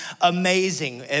amazing